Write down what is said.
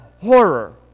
horror